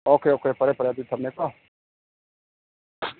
okay okay ꯐꯔꯦ ꯐꯔꯦ ꯑꯗꯨꯗꯤ ꯊꯝꯃꯦꯀꯣ